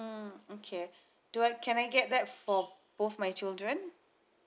mm okay do I can I get that for both my children